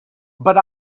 but